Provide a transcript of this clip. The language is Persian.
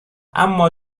اما